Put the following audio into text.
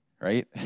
right